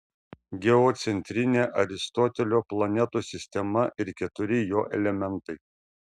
geocentrinė aristotelio planetų sistema ir keturi jo elementai